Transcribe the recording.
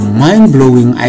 mind-blowing